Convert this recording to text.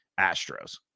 astros